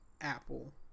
apple